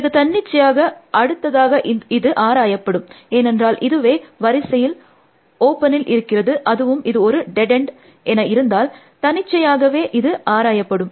பிறகு தன்னிச்சையாக அடுத்ததாக இது ஆராயப்படும் ஏனென்றால் இதுவே வரிசையில் ஓப்பனில் இருக்கிறது அதுவும் இது ஒரு டெட் என்ட் என இருந்தால் தன்னிச்சையாகவே இது ஆராயப்படும்